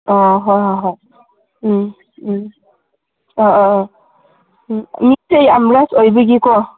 ꯑꯥ ꯍꯣꯏ ꯍꯣꯏ ꯍꯣꯏ ꯎꯝ ꯎꯝ ꯑꯥ ꯑꯥ ꯑꯥ ꯃꯤ ꯌꯥꯝ ꯔꯁ ꯑꯣꯏꯕꯒꯤꯀꯣ